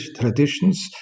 traditions